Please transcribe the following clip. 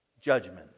judgment